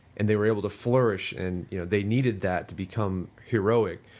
and they were able to flourish and you know they needed that to become heroic.